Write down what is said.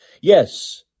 Yes